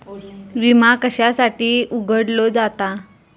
विमा कशासाठी उघडलो जाता?